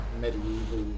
medieval